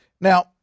Now